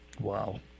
Wow